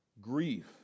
grief